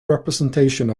representations